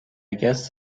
guess